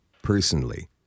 personally